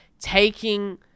taking